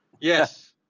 Yes